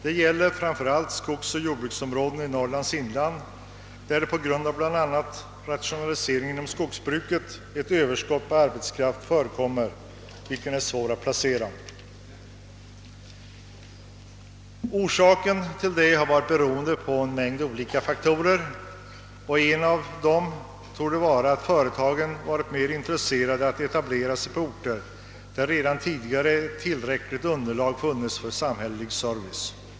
Det gäller framför allt skogsoch jordbruksområden i Norrlands inland, där det på grund av bl.a. rationaliseringen inom skogsbruket finns ett överskott på arbetskraft som är svår att placera. Den uteblivna lokaliseringen har berott på en mängd olika faktorer. En av dem torde vara att företagen varit mera intresserade av att etablera sig på orter där det redan tidigare funnits tillräckligt underlag för samhällelig service.